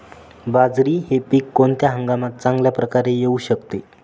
बाजरी हे पीक कोणत्या हंगामात चांगल्या प्रकारे येऊ शकते?